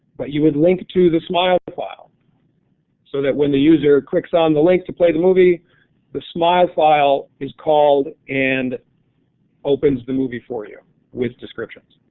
but you would link to the smilo file file so that when the user click so on the link to play the movie the smiol file is called and opens the movie for you with descriptions.